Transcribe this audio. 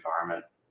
environment